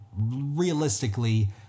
realistically